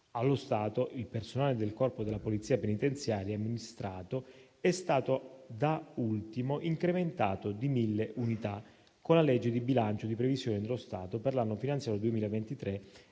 Allo stato, il personale del corpo della Polizia penitenziaria amministrato è stato da ultimo incrementato di 1.000 unità con la legge di bilancio di previsione dello Stato per l'anno finanziario 2023